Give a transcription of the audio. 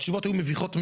התשובות היו מביכות מאוד.